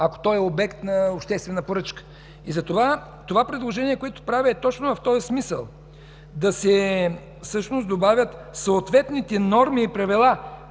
ако той е обект на обществена поръчка. Затова предложението, което правя, е точно в този смисъл – да се добавят необходимите норми и правила,